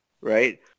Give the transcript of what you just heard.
Right